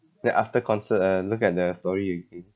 then after concert uh look at their story again